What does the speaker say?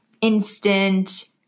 instant